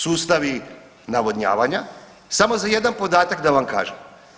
Sustavi navodnjavanja, samo za jedan podatak da vam kažem.